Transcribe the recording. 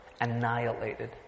Annihilated